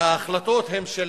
ההחלטות הן של